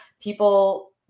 People